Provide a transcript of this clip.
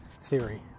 theory